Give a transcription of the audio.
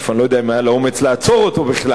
אני לא יודע אם היה לה אומץ לעצור אותו בכלל,